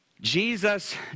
Jesus